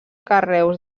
carreus